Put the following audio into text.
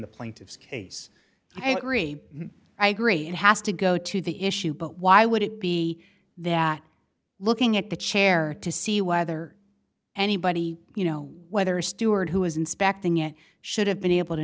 the plaintiff's case i agree i agree it has to go to the issue but why would it be that looking at the chair to see whether anybody you know whether stewart who was inspecting it should have been able to